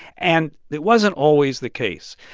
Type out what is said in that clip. and that wasn't always the case.